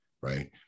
Right